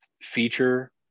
feature